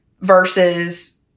versus